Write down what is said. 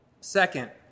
Second